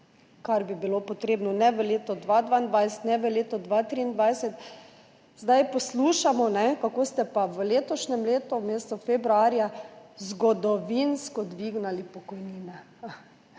kar bi bilo potrebno, ne v letu 2022 ne v letu 2023, zdaj poslušamo, kako ste pa v letošnjem letu v mesecu februarja zgodovinsko dvignili pokojnine.